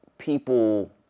people